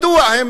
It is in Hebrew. מדוע הם